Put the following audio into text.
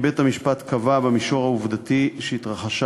בית-המשפט קבע במישור העובדתי שהתרחשה